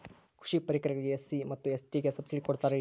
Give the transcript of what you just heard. ಕೃಷಿ ಪರಿಕರಗಳಿಗೆ ಎಸ್.ಸಿ ಮತ್ತು ಎಸ್.ಟಿ ಗೆ ಎಷ್ಟು ಸಬ್ಸಿಡಿ ಕೊಡುತ್ತಾರ್ರಿ?